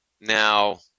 Now